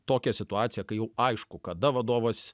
tokią situaciją kai jau aišku kada vadovas